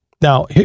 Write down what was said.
Now